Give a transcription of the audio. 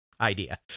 idea